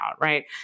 right